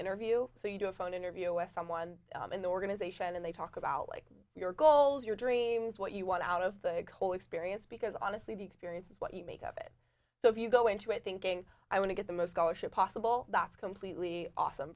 interview so you do a phone interview with someone in the organization and they talk about like your goals your dreams what you want out of the whole experience because honestly the experience is what you make of it so if you go into it thinking i want to get the most color shape possible that's completely awesome